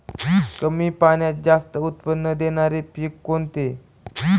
कमी पाण्यात जास्त उत्त्पन्न देणारे पीक कोणते?